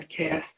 podcast